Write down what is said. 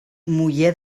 muller